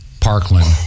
Parkland